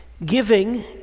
Giving